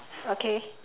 okay